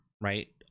Right